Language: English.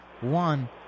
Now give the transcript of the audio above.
One